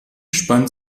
spannt